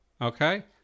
Okay